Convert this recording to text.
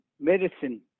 medicine